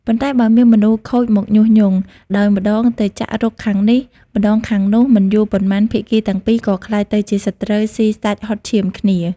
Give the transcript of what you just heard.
ប៉ុន្តែ បើមានមនុស្សខូចមកញុះញង់ ដោយម្ដងទៅចាក់រុកខាងនេះ ម្ដងខាងនោះ មិនយូរប៉ុន្មាន ភាគីទាំងពីរក៏ក្លាយទៅជាសត្រូវស៊ីសាច់ហុតឈាមគ្នា។